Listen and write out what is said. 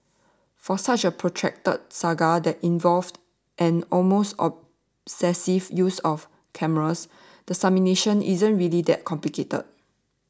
for such a protracted saga that involved an almost obsessive use of cameras the summation isn't really that complicated